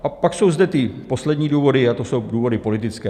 A pak jsou zde poslední důvody, a to jsou důvody politické.